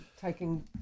taking